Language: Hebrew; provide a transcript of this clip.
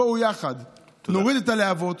בואו יחד נוריד את הלהבות,